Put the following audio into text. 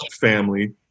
family